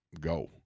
go